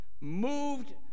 moved